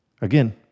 Again